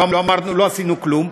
לא עשינו כלום.